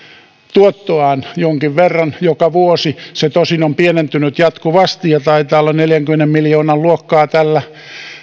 tuottoaan jonkin verran joka vuosi se tosin on pienentynyt jatkuvasti ja taitaa olla neljänkymmenen miljoonan luokkaa tällä